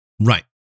Right